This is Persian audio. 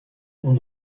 اون